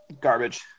Garbage